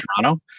Toronto